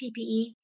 PPE